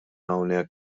hawnhekk